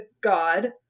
god